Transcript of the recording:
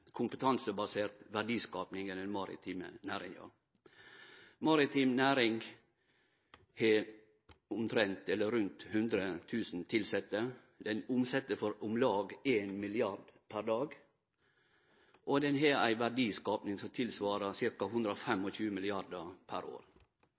kompetansebasert verdiskaping enn den maritime næringa. Maritim næring har rundt 100 000 tilsette, ho omset for om lag 1 mrd. kr per dag, og ho har ei verdiskaping som